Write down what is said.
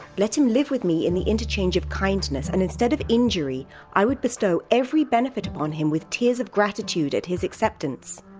let him live with me in the interchange of kindness, and instead of injury i would bestow every benefit upon him with tears of gratitude at his acceptance.